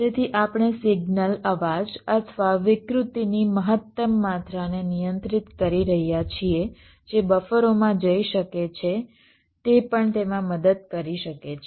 તેથી આપણે સિગ્નલ અવાજ અથવા વિકૃતિની મહત્તમ માત્રાને નિયંત્રિત કરી રહ્યા છીએ જે બફરોમાં જઈ શકે છે તે પણ તેમાં મદદ કરી શકે છે